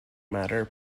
matter